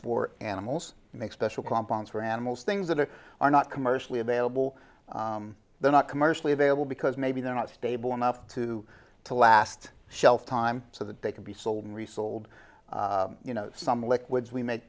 for animals and make special compounds for animals things that are not commercially available they're not commercially available because maybe they're not stable enough to to last shelf time so that they can be sold and resold you know some liquids we make